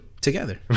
together